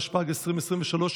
התשפ"ג 2023,